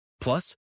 Plus